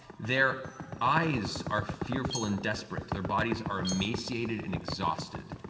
their eyes are fearful and desperate, their bodies are emaciated and exhausted.